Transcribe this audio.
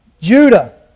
Judah